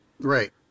Right